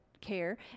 care